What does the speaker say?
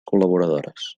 col·laboradores